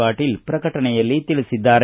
ಪಾಟೀಲ ಪ್ರಕಟಣೆಯಲ್ಲಿ ತಿಳಿಸಿದ್ದಾರೆ